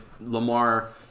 Lamar